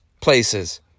places